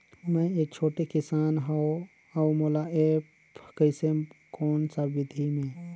मै एक छोटे किसान हव अउ मोला एप्प कइसे कोन सा विधी मे?